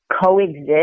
coexist